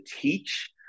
teach